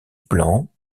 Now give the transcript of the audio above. blancs